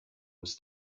was